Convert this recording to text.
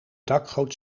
dakgoot